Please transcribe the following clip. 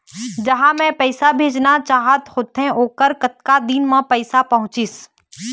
जहां मैं पैसा भेजना चाहत होथे ओहर कतका दिन मा पैसा पहुंचिस?